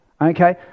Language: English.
okay